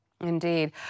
Indeed